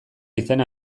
izena